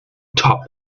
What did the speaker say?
top